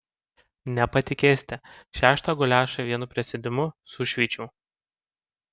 nepatikėsite šeštą guliašą vienu prisėdimu sušveičiau